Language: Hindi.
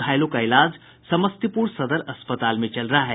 घायलों का इलाज समस्तीपूर सदर अस्पताल में चल रहा है